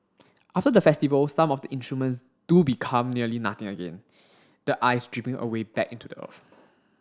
after the festival some of the instruments do become nearly nothing again the ice dripping away back into the earth